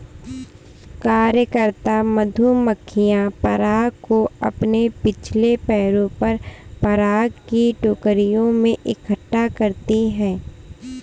कार्यकर्ता मधुमक्खियां पराग को अपने पिछले पैरों पर पराग की टोकरियों में इकट्ठा करती हैं